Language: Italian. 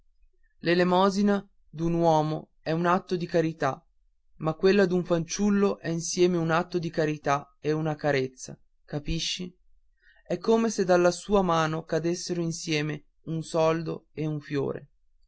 poveri l'elemosina d'un uomo è un atto di carità ma quella d'un fanciullo è insieme un atto di carità e una carezza capisci è come se dalla sua mano cadessero insieme un soldo e un fiore